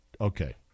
okay